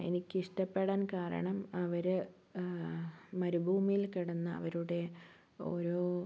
എനിക്ക് ഇഷ്ടപ്പെടാൻ കാരണം അവര് മരുഭൂമിയിൽ കിടന്നു അവരുടെ ഒരു